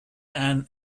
and